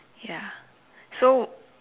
ya so